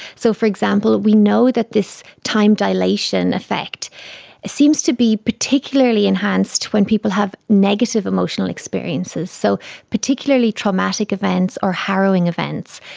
so, for example, we know that this time dilation effect seems to be particularly enhanced when people have negative emotional experiences. so particularly traumatic events or harrowing events,